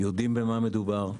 יודעים במה מדובר.